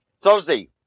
Thursday